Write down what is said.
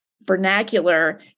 vernacular